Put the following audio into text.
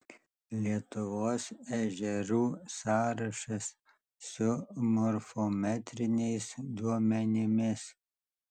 lietuvos ežerų sąrašas su morfometriniais duomenimis